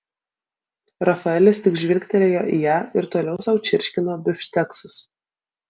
rafaelis tik žvilgtelėjo į ją ir toliau sau čirškino bifšteksus